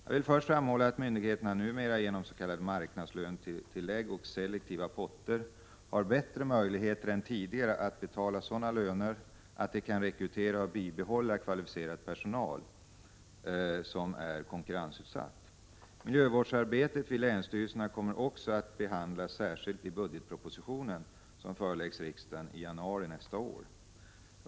Jag vill först framhålla att myndigheterna numera genom s.k. marknadslönetillägg och selektiva potter har bättre möjligheter än tidigare att betala sådana löner att de kan rekrytera och behålla kvalificerad personal som är konkurrensutsatt. Miljövårdsarbetet vid länsstyrelserna kommer också att behandlas särskilt 65 i budgetpropositionen, som föreläggs riksdagen i januari nästa år.